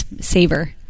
saver